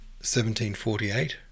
1748